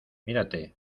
mírate